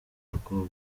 abakobwa